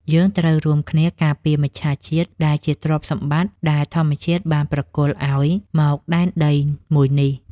យើងត្រូវរួមគ្នាការពារមច្ឆជាតិដែលជាទ្រព្យសម្បត្តិដែលធម្មជាតិបានប្រគល់ឱ្យមកដែនដីមួយនេះ។